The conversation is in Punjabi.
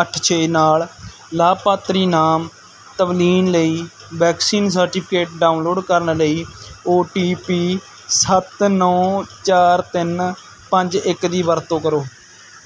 ਅੱਠ ਛੇ ਨਾਲ ਲਾਭਪਾਤਰੀ ਨਾਮ ਤਵਲੀਨ ਲਈ ਵੈਕਸੀਨ ਸਰਟੀਫਿਕੇਟ ਡਾਊਨਲੋਡ ਕਰਨ ਲਈ ਓ ਟੀ ਪੀ ਸੱਤ ਨੌਂ ਚਾਰ ਤਿੰਨ ਪੰਜ ਇੱਕ ਦੀ ਵਰਤੋਂ ਕਰੋ